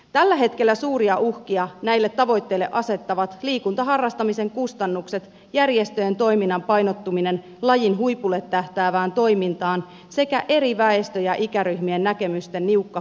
tällä hetkellä suuria uhkia näille tavoitteille asettavat liikuntaharrastamisen kustannukset järjestöjen toiminnan painottuminen lajin huipulle tähtäävään toimintaan sekä eri väestö ja ikäryhmien näkemysten niukka kuuleminen